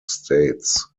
states